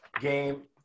game